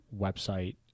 website